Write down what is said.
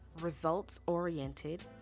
results-oriented